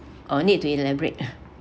or need to elaborate